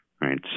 right